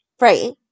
right